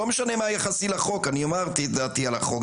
לא משנה מה יחסי לחוק - אמרתי את דעתי על החוק,